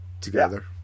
together